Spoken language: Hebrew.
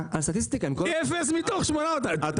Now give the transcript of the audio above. על סטטיסטיקה עם כל הכבוד -- אפס מתוך 800. אתה